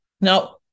Now